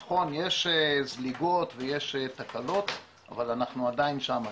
נכון, יש זליגות ויש תקלות, אבל אנחנו עדיין שם.